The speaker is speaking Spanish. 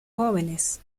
jóvenes